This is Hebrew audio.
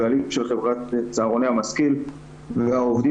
הבעלים של חברת צהרוני המשכיל והעובדים